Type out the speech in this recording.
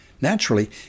Naturally